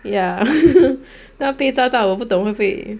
ya 被抓到我不懂会不会